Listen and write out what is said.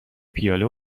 پیاله